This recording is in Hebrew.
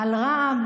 על רע"מ.